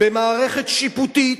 במערכת שיפוטית,